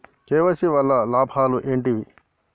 KYC వల్ల లాభాలు ఏంటివి?